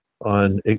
on